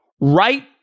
right